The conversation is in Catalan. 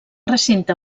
recinte